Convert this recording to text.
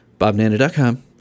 bobnanda.com